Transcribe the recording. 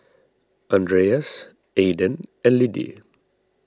andreas Aiden and Liddie